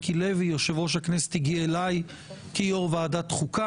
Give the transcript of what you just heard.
חשבנו בהתחלה להצביע היום על כל הוועדות,